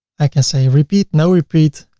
i can say repeat no-repeat,